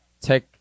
take